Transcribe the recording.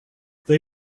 they